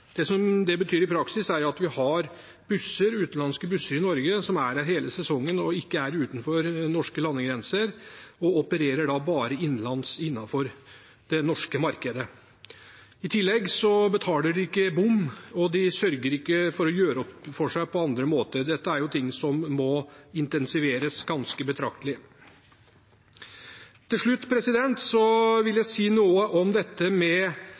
opp. Det det betyr i praksis, er at vi har utenlandske busser i Norge, som er her hele sesongen og ikke er utenfor den norske landegrensen, og de opererer da bare innenlands, innenfor det norske markedet. I tillegg betaler de ikke bompenger, og de sørger ikke for å gjøre opp for seg på andre måter. Dette er en jobb som må intensiveres ganske betraktelig. Til slutt vil jeg si noe om